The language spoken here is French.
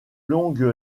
longue